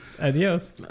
adios